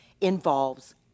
involves